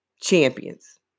champions